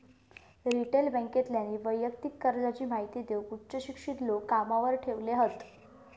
retail बॅन्केतल्यानी वैयक्तिक कर्जाची महिती देऊक उच्च शिक्षित लोक कामावर ठेवले हत